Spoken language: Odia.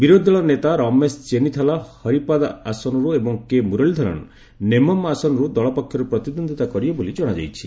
ବିରୋଧୀ ଦଳର ନେତା ରମେଶ ଚେନ୍ଦିଥାଲ୍ ହରିପ୍ପାଦ ଆସନରୁ ଏବଂ କେ ମୁରଲୀଧରନ୍ ନେମମ୍ ଆସନରୁ ଦଳ ପକ୍ଷରୁ ପ୍ରତିଦ୍ୱନ୍ଦିତା କରିବେ ବୋଲି ଜଣାଯାଇଛି